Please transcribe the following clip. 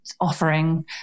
offering